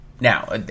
Now